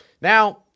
Now